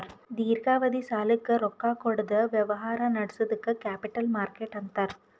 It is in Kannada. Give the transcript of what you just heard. ದೀರ್ಘಾವಧಿ ಸಾಲಕ್ಕ್ ರೊಕ್ಕಾ ಕೊಡದ್ ವ್ಯವಹಾರ್ ನಡ್ಸದಕ್ಕ್ ಕ್ಯಾಪಿಟಲ್ ಮಾರ್ಕೆಟ್ ಅಂತಾರ್